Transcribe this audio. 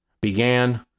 began